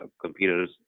computers